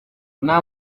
nta